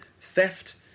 Theft